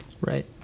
Right